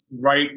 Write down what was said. right